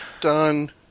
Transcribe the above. Done